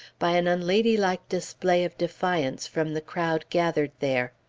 by an unladylike display of defiance, from the crowd gathered there.